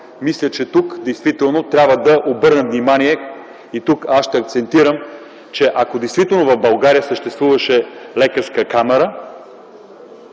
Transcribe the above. Мисля, че тук трябва да обърнем внимание и аз ще акцентирам, че ако действително в България съществуваше лекарска камара,